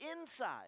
inside